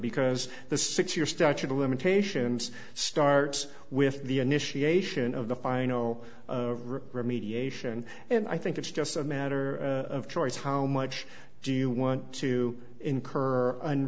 because the six year statute of limitations starts with the initiation of the final remediation and i think it's just a matter of choice how much do you want to incur an